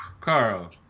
Carl